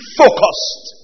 focused